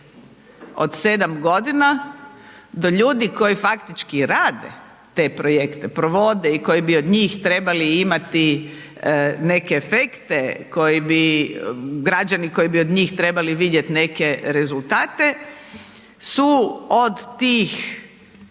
5, od 7 godina, do ljudi koji faktički rade te projekte, provode i koji bi od njih trebali imati neke efekte koji bi građani koji bi od njih trebali vidjeti neke rezultate su od tih